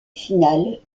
finale